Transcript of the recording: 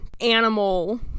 animal